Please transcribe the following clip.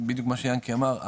בדיוק מה שיענקי אמר,